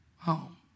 home